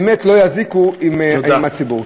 ובאמת לא יזיקו לציבור.